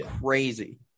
crazy